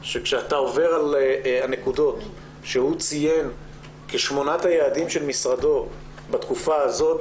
שכשאתה עובר על הנקודות שהוא ציין כשמונת היעדים של משרדו בתקופה הזאת,